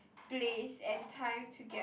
place and time to get